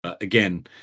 again